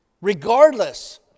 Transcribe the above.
Regardless